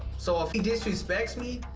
so if he disrespects me,